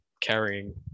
carrying